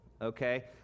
okay